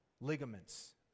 Ligaments